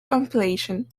compilation